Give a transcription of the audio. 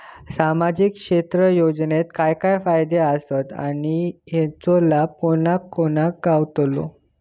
सामजिक क्षेत्र योजनेत काय काय फायदे आसत आणि हेचो लाभ कोणा कोणाक गावतलो?